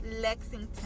Lexington